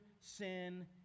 sin